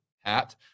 hat